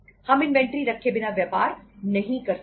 हम इन्वेंट्री रखे बिना व्यापार नहीं कर सकते